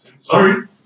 Sorry